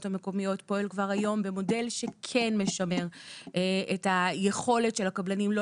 המקומיות פועל כבר היום במודל שכן משמר את היכולת של הקבלנים לא